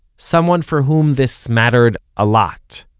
someone for whom this mattered a lot.